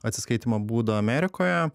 atsiskaitymo būdą amerikoje